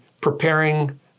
preparing